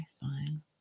fine